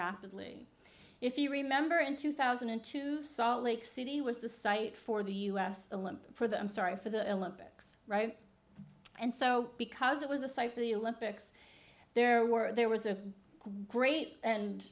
rapidly if you remember in two thousand and two salt lake city was the site for the u s olympic for the i'm sorry for the olympics and so because it was a site for the olympics there were there was a great and